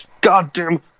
goddamn